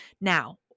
now